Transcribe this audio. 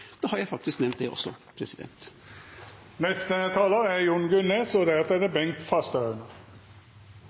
Da har jeg faktisk nevnt det også.